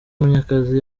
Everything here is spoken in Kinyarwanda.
munyakazi